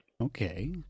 Okay